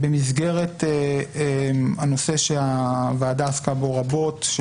במסגרת הנושא שהוועדה עסקה בו רבות,